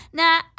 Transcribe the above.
now